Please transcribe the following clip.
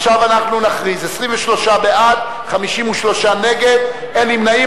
עכשיו אנחנו נכריז: 23 בעד, 53 נגד, אין נמנעים.